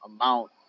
amount